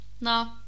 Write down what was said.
No